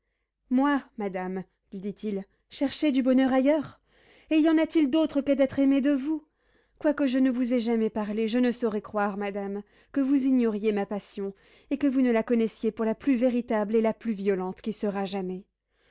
moi madame lui dit-il chercher du bonheur ailleurs et y en a-t-il d'autre que d'être aimé de vous quoique je ne vous aie jamais parlé je ne saurais croire madame que vous ignoriez ma passion et que vous ne la connaissiez pour la plus véritable et la plus violente qui sera jamais